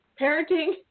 parenting